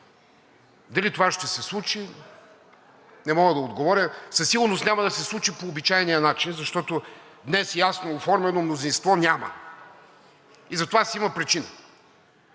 Дали това ще се случи, не мога да отговоря, но със сигурност няма да се случи по обичайния начин, защото днес ясно оформено мнозинство няма и за това си има причина.